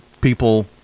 people